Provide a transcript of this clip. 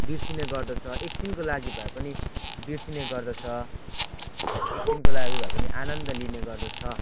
बिर्सिने गर्दछ एकछिनको भए पनि बिर्सिने गर्दछ एकछिनको लागि भए पनि आनन्द लिने गर्दछ